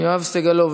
יואב סגלוביץ'.